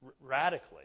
radically